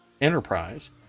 enterprise